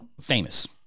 famous